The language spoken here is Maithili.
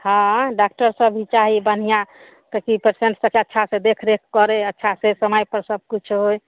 हँ अँ डाक्टर सब चाही बढ़िआँ तऽ की पेसेन्ट सब अच्छा से देखरेख करै अच्छा से समए पर सब किछु होए